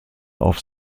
auf